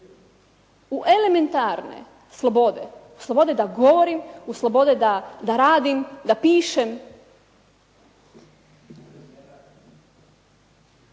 u elementarne slobode, slobode da govorim u slobode da radim, da pišem.